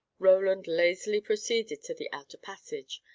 roland lazily proceeded to the outer passage,